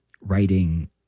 Writing